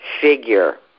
figure